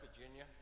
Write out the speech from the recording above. Virginia